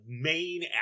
main